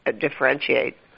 differentiate